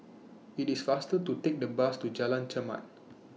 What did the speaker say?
IT IS faster to Take The Bus to Jalan Chermat